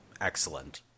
excellent